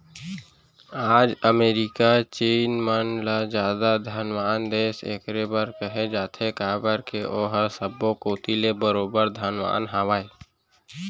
आज अमेरिका चीन मन ल जादा धनवान देस एकरे बर कहे जाथे काबर के ओहा सब्बो कोती ले बरोबर धनवान हवय